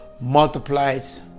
multiplies